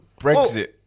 Brexit